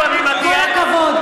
כל הכבוד.